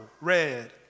red